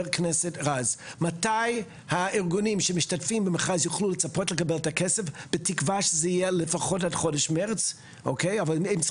הזו כפי שהמליצו למעשה גם בדוח מבקר המדינה בשנת 2016 וגם בדוח וועדת